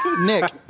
Nick